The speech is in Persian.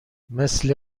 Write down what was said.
مثل